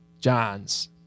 Johns